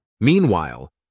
Meanwhile